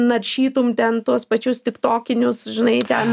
naršytum ten tuos pačius tiktokinius žinai ten